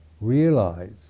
realize